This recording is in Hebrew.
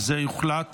זה יוחלט